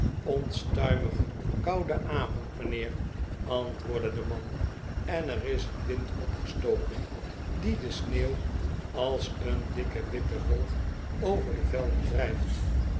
onstuimige koude avond mijnheer antwoordde de man en er is een wind opgestoken die de sneeuw als een dikke witte wolk oyer de velden drijft